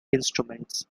instruments